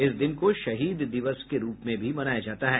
इस दिन को शहीद दिवस के रूप में भी मनाया जाता है